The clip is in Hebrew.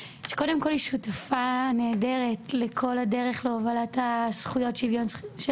שקודם כל היא שותפה נהדרת לכל הדרך להובלת שוויון הזכויות,